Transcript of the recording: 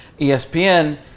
ESPN